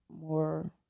more